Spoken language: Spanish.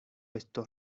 estos